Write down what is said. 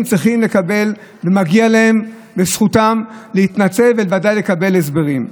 לקבל התנצלות ומגיע להם לקבל הסברים.